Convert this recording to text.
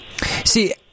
See